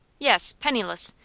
yes, penniless.